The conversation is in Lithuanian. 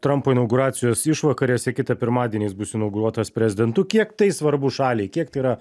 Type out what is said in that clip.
trampo inauguracijos išvakarėse kitą pirmadienį jis bus inauguruotas prezidentu kiek tai svarbu šaliai kiek tai yra